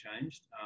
changed